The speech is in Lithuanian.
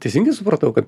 teisingai supratau kad